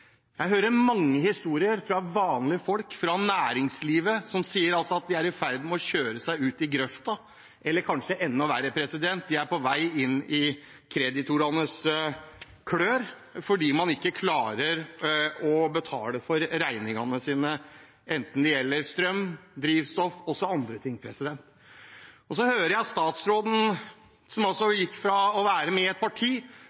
Jeg hører mange historier fra vanlige folk og næringslivet, som sier at de er i ferd med å kjøre seg ut i grøfta, eller – kanskje enda verre – at de er på vei inn i kreditorenes klør fordi de ikke klarer å betale regningene sine, enten det gjelder strøm, drivstoff eller andre ting. Jeg hører at statsråden, som fra å ha vært med i et parti